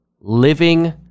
living